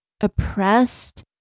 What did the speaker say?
oppressed